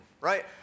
right